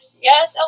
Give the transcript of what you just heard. Yes